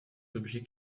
objets